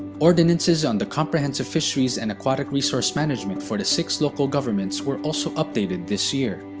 ordinances on the comprehensive fisheries and aquatic resource management for the six local governments were also updated this year.